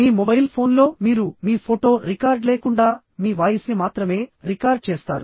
మీ mobile ఫోన్లో మీరు మీ ఫోటో రికార్డ్ లేకుండా మీ వాయిస్ని మాత్రమే రికార్డ్ చేస్తారు